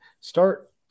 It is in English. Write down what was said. Start